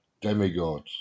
demigods